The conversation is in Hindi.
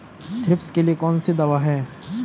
थ्रिप्स के लिए कौन सी दवा है?